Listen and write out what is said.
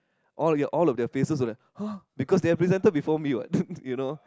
all ya all of their faces were like !huh! because they have presented before me [what] you know